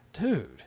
Dude